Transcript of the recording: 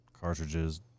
Cartridges